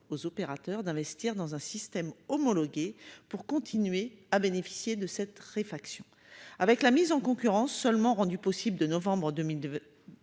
aux opérateurs d'investir dans un système homologué pour continuer à bénéficier de cette réfaction avec la mise en concurrence seulement rendu possible de novembre 2002.